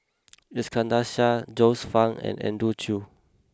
Iskandar Shah Joyce Fan and Andrew Chew